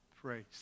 Praise